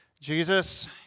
Jesus